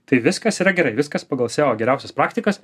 tai viskas yra gerai viskas pagal seo geriausias praktikas